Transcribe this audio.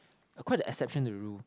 are quite the exception the rule